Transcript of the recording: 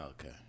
Okay